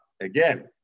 again